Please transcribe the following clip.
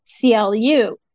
CLU